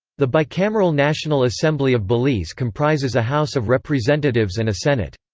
the bicameral national assembly of belize comprises a house of representatives and a senate.